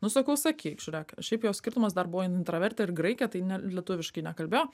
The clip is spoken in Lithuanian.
nu sakau sakyk žiūrėk šiaip jau skirtumas dar buvo ji intravertė ir graikė tai ne lietuviškai nekalbėjo